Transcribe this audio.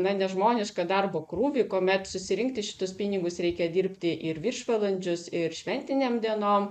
na nežmonišką darbo krūvį kuomet susirinkti šitus pinigus reikia dirbti ir viršvalandžius ir šventinėm dienom